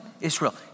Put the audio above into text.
Israel